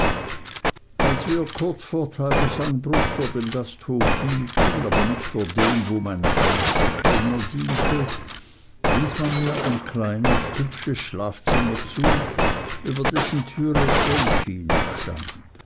als wir vor tagesanbruch vor dem gasthof hielten aber nicht vor dem wo mein freund der kellner diente wies man mir ein kleines hübsches schlafzimmer zu über dessen thüre delphin stand